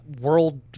world